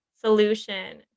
solution